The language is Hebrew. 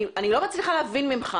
אני לא מצליחה להבין ממך,